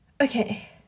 Okay